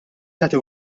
tagħti